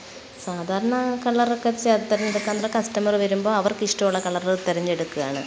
സാധാരണ കളറൊക്കെ ചേർത്ത് കസ്റ്റമർ വരുമ്പോൾ അവർക്കു ഇഷ്ടമുള്ള കളർ തിരഞ്ഞെടുക്കുകയാണ്